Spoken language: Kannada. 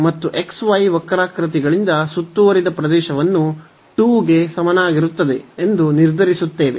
ಮತ್ತು xy ವಕ್ರಾಕೃತಿಗಳಿಂದ ಸುತ್ತುವರಿದ ಪ್ರದೇಶವನ್ನು 2 ಕ್ಕೆ ಸಮನಾಗಿರುತ್ತದೆ ಎಂದು ನಿರ್ಧರಿಸುತ್ತೇವೆ